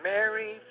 Mary